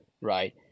right